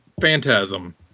Phantasm